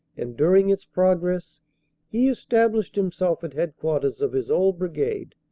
and during its progress he established himself at headquarters of his old brigade,